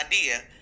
idea